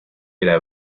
era